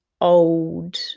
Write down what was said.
old